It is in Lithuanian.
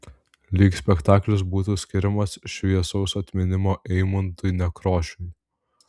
lyg spektaklis būtų skiriamas šviesaus atminimo eimuntui nekrošiui